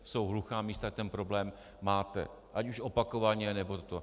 Jsou hluchá místa, ten problém máte, ať už opakovaně, nebo to...